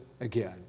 again